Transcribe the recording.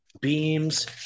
Beams